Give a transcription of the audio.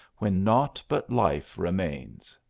when naught but life remains.